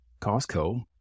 Costco